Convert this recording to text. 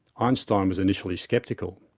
einstein was initially sceptical.